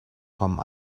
kommen